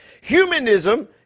Humanism